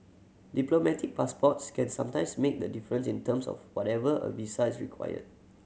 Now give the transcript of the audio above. diplomatic passports can sometimes make the difference in terms of whether a visa is required